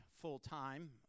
full-time